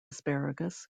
asparagus